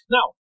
Now